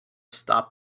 stop